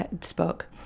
spoke